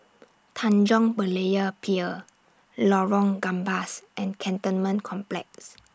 Tanjong Berlayer Pier Lorong Gambas and Cantonment Complex